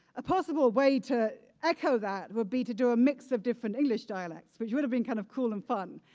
a possible way to echo that would be to do a mix of different english dialects, which would have been kind of cool and fun.